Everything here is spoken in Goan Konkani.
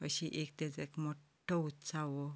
अशी एक मोठो उत्सव हो